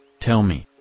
tell me.